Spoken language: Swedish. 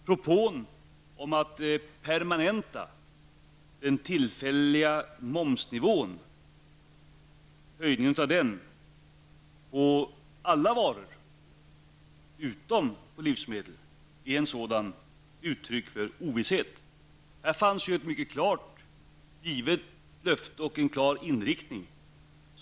Propåen om att permanenta den tillfälliga höjningen av momsnivån på alla varor utom livsmedel är ett sådant uttryck för ovisshet. Här fanns ju ett mycket klart löfte och en klar inriktning.